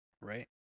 Right